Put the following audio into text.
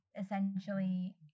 essentially